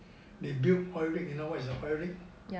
they built oil rig you know what is a oil rig